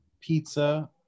pizza